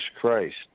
Christ